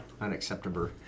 Unacceptable